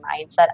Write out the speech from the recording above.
mindset